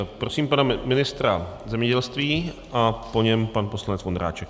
Prosím pana ministra zemědělství a po něm pan poslanec Vondráček.